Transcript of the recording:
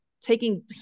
taking